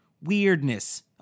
weirdness